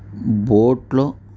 బోట్లో